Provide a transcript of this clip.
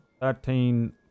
Thirteen